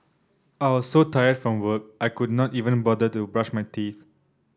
I was so tired from work I could not even bother to brush my teeth